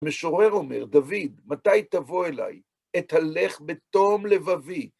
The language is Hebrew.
המשורר אומר, דוד, מתי תבוא אליי, אתהלך בתום לבבי.